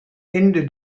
ende